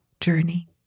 journey